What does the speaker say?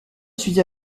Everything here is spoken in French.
suis